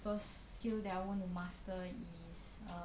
first skill that I want to master is um